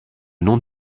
nom